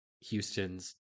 Houston's